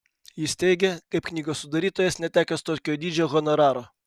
jis teigia kaip knygos sudarytojas netekęs tokio dydžio honoraro